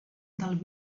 del